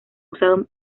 usado